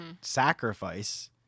sacrifice